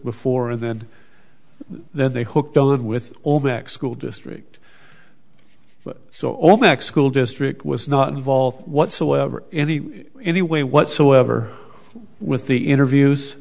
before and then they hooked on with olmecs school district so all next school district was not involved whatsoever any any way whatsoever with the interviews